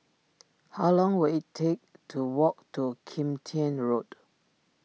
how long will it take to walk to Kim Tian Road